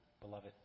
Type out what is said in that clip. beloved